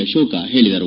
ಅಶೋಕ ಹೇಳಿದರು